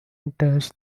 enters